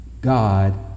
God